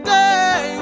day